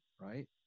right